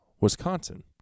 Wisconsin